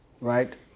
Right